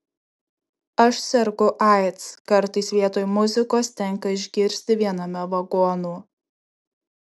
aš sergu aids kartais vietoj muzikos tenka išgirsti viename vagonų